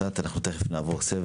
את הסיפור שלך.